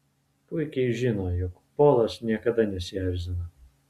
puikiai žino jog polas niekada nesierzina